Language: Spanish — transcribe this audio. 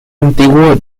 antiguo